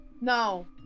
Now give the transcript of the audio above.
No